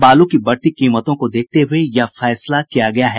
बालू की बढ़ती कीमतों को देखते हुए यह फैसला किया गया है